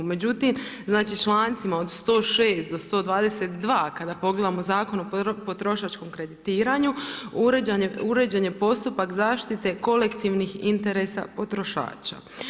Međutim, znači člancima od 106 do 122 kada pogledamo Zakon o potrošačkom kreditiranju uređen je postupak zaštite kolektivnih interesa potrošača.